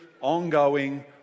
ongoing